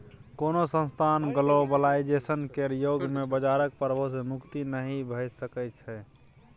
कोनो संस्थान ग्लोबलाइजेशन केर युग मे बजारक प्रभाव सँ मुक्त नहि भऽ सकै छै